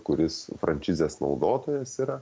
kuris frančizės naudotojas yra